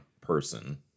person